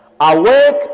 Awake